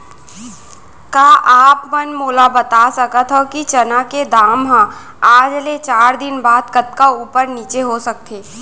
का आप मन मोला बता सकथव कि चना के दाम हा आज ले चार दिन बाद कतका ऊपर नीचे हो सकथे?